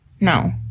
No